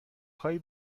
هایی